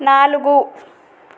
నాలుగు